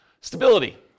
Stability